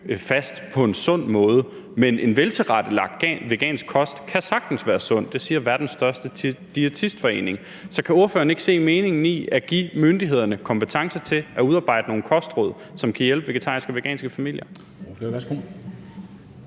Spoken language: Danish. fast på en sund måde. Men en veltilrettelagt vegansk kost kan sagtens være sundt. Det siger verdens største diætistforening. Så kan ordføreren ikke se meningen i at give myndighederne kompetence til at udarbejde nogle kostråd, som kan hjælpe vegetariske og veganske familier?